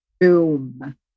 Boom